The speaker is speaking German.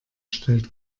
stellt